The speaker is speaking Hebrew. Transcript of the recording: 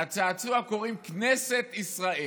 לצעצוע קוראים כנסת ישראל.